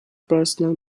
personal